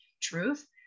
truth